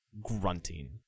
grunting